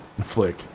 flick